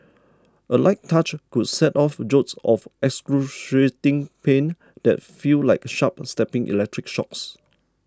a light touch could set off jolts of excruciating pain that feel like sharp stabbing electric shocks